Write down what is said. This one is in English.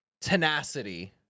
tenacity